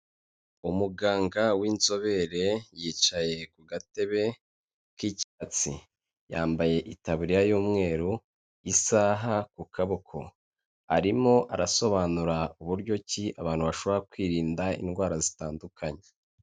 Umuganga w'inzobere yicaye ku gatebe k'icyatsi, yambaye itaburiya y'umweru, isaha ku kaboko, arimo arasobanura buryo ki abantu bashobora kwirinda indwara zitandukanye.